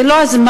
זה לא הזמן,